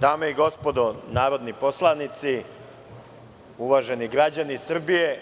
Dame i gospodo narodni poslanici, uvaženi građani Srbije,